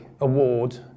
award